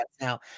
now